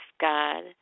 God